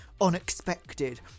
unexpected